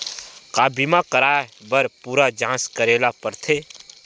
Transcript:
का बीमा कराए बर पूरा जांच करेला पड़थे?